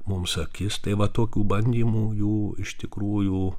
mums akis tai va tokių bandymų jų iš tikrųjų